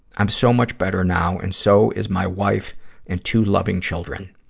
i'm so much better now, and so is my wife and two loving children.